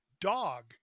dog